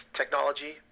technology